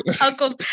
Uncle